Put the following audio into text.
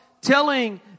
telling